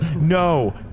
no